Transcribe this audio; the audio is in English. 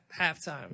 halftime